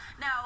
now